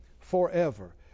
forever